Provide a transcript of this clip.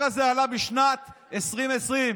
אדוני היושב-ראש, כנסת נכבדה, עשרות שנים